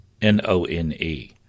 N-O-N-E